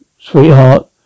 sweetheart